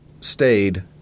stayed